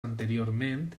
anteriorment